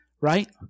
right